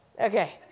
Okay